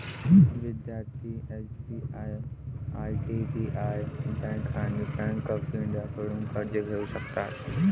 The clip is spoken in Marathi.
विद्यार्थी एस.बी.आय आय.डी.बी.आय बँक आणि बँक ऑफ इंडियाकडून कर्ज घेऊ शकतात